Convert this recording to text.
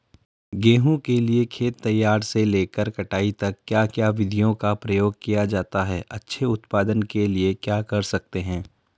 गेहूँ के लिए खेत तैयार से लेकर कटाई तक क्या क्या विधियों का प्रयोग किया जाता है अच्छे उत्पादन के लिए क्या कर सकते हैं?